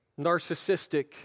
narcissistic